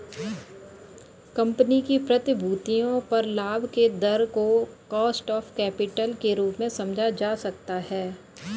company की प्रतिभूतियों पर लाभ के दर को कॉस्ट ऑफ कैपिटल के रूप में समझा जा सकता है